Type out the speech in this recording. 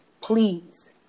please